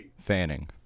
Fanning